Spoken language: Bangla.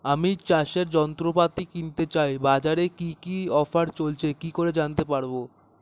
আমি চাষের যন্ত্রপাতি কিনতে চাই বাজারে কি কি অফার চলছে কি করে জানতে পারবো?